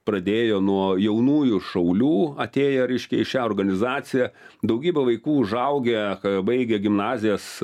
pradėjo nuo jaunųjų šaulių atėję reiškia į šią organizaciją daugybė vaikų užaugę baigė gimnazijas